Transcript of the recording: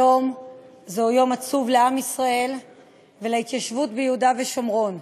היום זהו יום עצוב לעם ישראל ולהתיישבות ביהודה ושומרון.